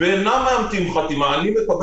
אני חושב